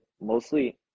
mostly